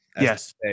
Yes